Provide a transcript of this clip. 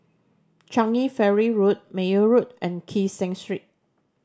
Changi Ferry Road Meyer Road and Kee Seng Street